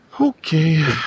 Okay